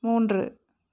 மூன்று